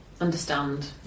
understand